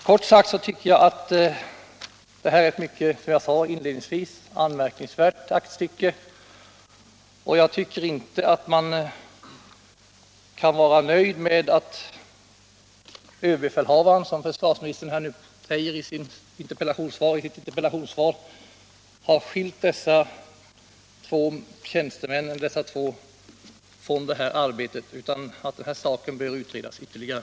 Som jag sade inledningsvis är rapporten ett mycket anmärkningsvärt aktstycke, och jag tycker inte att man kan vara nöjd med att överbefälhavaren, som försvarsministern säger i interpellationssvaret, har skilt dessa två tjänstemän från uppdraget, utan den här saken bör utredas ytterligare.